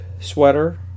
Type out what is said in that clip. sweater